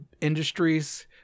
industries –